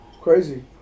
Crazy